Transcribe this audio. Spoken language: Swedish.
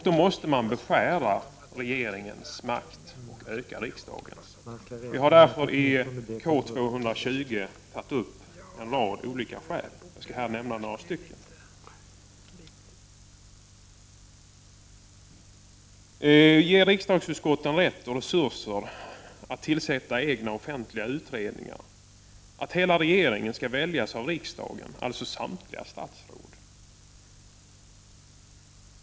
Då måste man beskära regeringens makt och öka riksdagens. Vi har därför i motion K220 pekat på en rad olika skäl för detta. Jag skall här nämna några. Vi föreslår att man ger riksdagsutskotten rättighet och resurser att tillsätta egna offentliga utredningar. Hela regeringen, alltså samtliga statsråd, skall väljas av riksdagen.